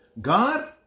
God